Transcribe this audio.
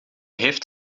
heeft